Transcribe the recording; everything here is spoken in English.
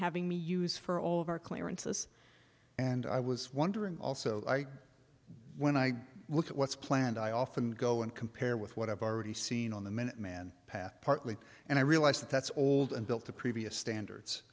having me use for all of our clearances and i was wondering also when i look at what's planned i often go and compare with what i've already seen on the minuteman path partly and i realize that that's old and built to previous standards